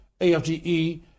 AFGE